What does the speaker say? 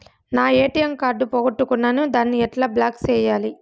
నా ATM card పోగొట్టుకున్నాను, దాన్ని ఎట్లా బ్లాక్ సేయాలి?